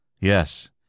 Yes